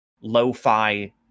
lo-fi